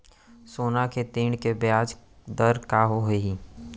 सोना के ऋण के ब्याज दर का होही?